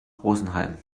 rosenheim